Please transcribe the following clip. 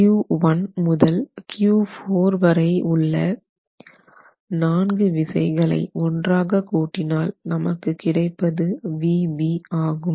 Q1 முதல் Q 4 வரை உள்ள நான்கு விசைகளை ஒன்றாக கூட்டினால் நமக்கு கிடைப்பது Vb ஆகும்